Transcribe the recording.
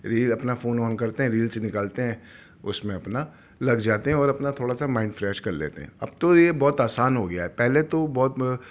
rail اپنا phone on کرتے ہیں ریلس نکالتے ہیں اس میں اپنا لگ جاتے ہیں اور اپنا تھوڑا سا مائنڈ فریش کر لیتے ہیں اب تو یہ بہت آسان ہو گیا ہے پہلے تو بہت